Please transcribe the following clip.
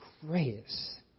grace